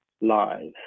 lives